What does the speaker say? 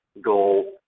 goal